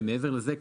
מעבר לזה,